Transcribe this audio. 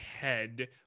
head